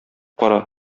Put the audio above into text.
кара